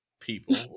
people